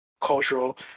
cultural